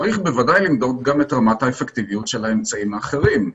צריך בוודאי למדוד גם את רמת האפקטיביות של האמצעים האחרים.